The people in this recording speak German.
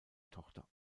tochter